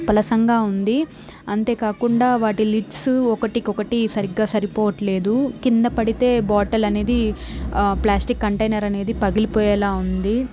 పలసంగా ఉంది అంతే కాకుండా వాటి లిడ్స్ ఒకటికి ఒకటి సరిగ్గా సరిపోవట్లేదు కింద పడితే బాటిల్ అనేది ప్లాస్టిక్ కంటైనర్ అనేది పగిలిపోయేలా ఉంది